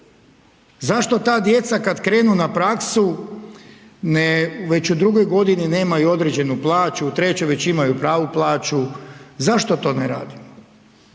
Zašto ta djeca kada krenu na praksu već u drugoj godini nemaju određenu plaću u trećoj već imaju pravu plaću, zašto to ne radimo?